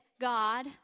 God